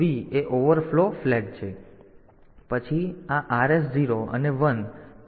પછી આ OV એ ઓવરફ્લો ફ્લેગ છે પછી આ RS 0 અને 1 છે